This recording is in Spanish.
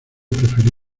preferí